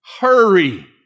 Hurry